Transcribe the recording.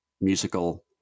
musical